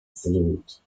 fruits